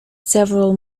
several